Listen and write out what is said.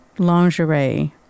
lingerie